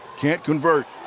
can't convert.